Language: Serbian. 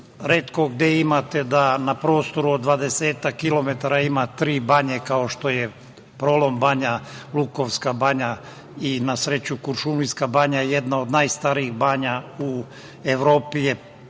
retko gde imate da na prostoru od dvadesetak kilometara ima tri banje kao što je Prolom banja, Lukovska banja i na sreću Kuršumlijska banja je jedna od najstarijih banja u Evropi i